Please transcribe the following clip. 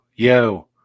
Yo